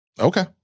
Okay